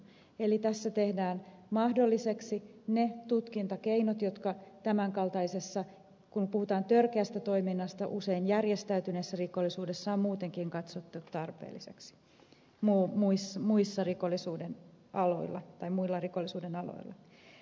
eli tässä tehdään mahdollisiksi ne tutkintakeinot jotka tämän kaltaisessa tilanteessa kun puhutaan törkeästä toiminnasta usein järjestäytyneessä rikollisuudessa on muutenkin katsottu tarpeellisiksi muilla rikollisuuden aloilla